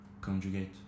conjugate